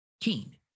keen